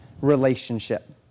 relationship